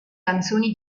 canzoni